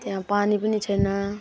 त्यहाँ पानी पनि छैन